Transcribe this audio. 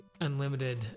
unlimited